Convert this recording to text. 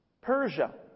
Persia